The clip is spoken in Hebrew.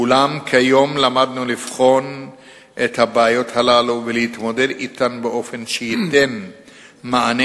אולם כיום למדנו לבחון את הבעיות הללו ולהתמודד אתן באופן שייתן מענה